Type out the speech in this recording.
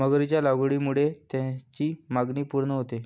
मगरीच्या लागवडीमुळे त्याची मागणी पूर्ण होते